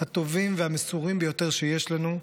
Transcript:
הטובים והמסורים ביותר שיש לנו,